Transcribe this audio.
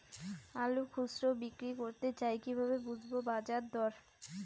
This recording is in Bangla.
আলু খুচরো বিক্রি করতে চাই কিভাবে বুঝবো বাজার দর?